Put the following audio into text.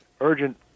Urgent